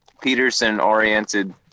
Peterson-oriented